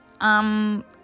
Um